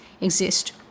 exist